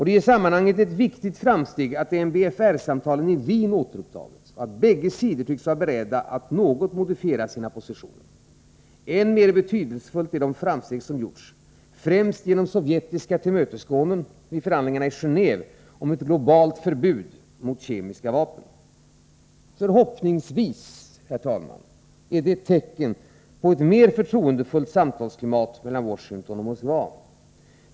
Det är i sammanhanget ett viktigt framsteg att MBFR-samtalen i Wien återupptagits och att bägge sidor tycks vara beredda att något modifiera sina positioner. Än mer betydelsefulla är de framsteg som gjorts, främst genom sovjetiska tillmötesgåenden, vid förhandlingarna i Genéve om ett globalt förbud mot kemiska vapen. Förhoppningsvis, herr talman, är detta tecken på ett mer förtroendefullt samtalsklimat mellan Washington och Moskva.